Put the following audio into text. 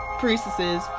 priestesses